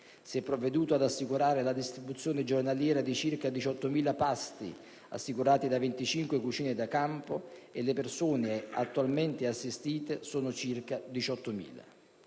Si è provveduto ad assicurare la distribuzione giornaliera di circa 18.000 pasti, assicurati da 25 cucine da campo e le persone attualmente assistite sono circa 18.000.